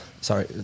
Sorry